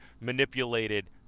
manipulated